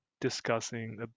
discussing